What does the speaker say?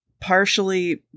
partially